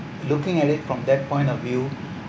looking at it from that point of view